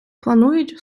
планують